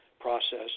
process